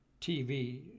TV